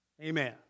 Amen